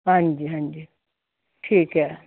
ਹਾਂਜੀ ਹਾਂਜੀ ਠੀਕ ਹੈ